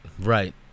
right